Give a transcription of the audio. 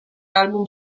album